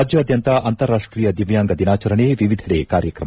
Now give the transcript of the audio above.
ರಾಜ್ಯಾದ್ದಂತ ಅಂತಾರಾಷ್ಟೀಯ ದಿವ್ದಾಂಗ ದಿನಾಚರಣೆ ವಿವಿಧೆಡೆ ಕಾರ್ಯಕ್ರಮ